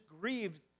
grieved